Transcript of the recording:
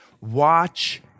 Watch